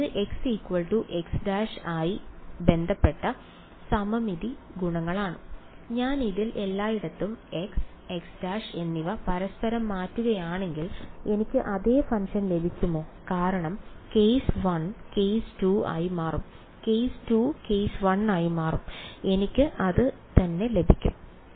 ഇത് x x′ മായി ബന്ധപ്പെട്ട സമമിതി ഗുണങ്ങളാണ് ഞാൻ ഇതിൽ എല്ലായിടത്തും x x′ എന്നിവ പരസ്പരം മാറ്റുകയാണെങ്കിൽ എനിക്ക് അതേ ഫംഗ്ഷൻ ലഭിക്കുമോ കാരണം കേസ് 1 കേസ് 2 ആയി മാറും കേസ് 2 കേസ് 1 ആയി മാറും എനിക്ക് അത് തന്നെ ലഭിക്കും